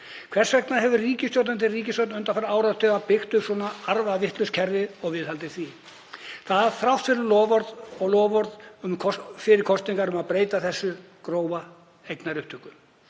Hvers vegna hefur ríkisstjórn eftir ríkisstjórn undanfarna áratugi byggt upp svona arfavitlaust kerfi og viðhaldið því? Það er þrátt fyrir endurtekin loforð fyrir kosningar um að breyta þessari grófu eignaupptöku.